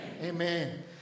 Amen